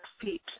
feet